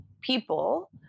people